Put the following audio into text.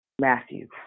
Matthew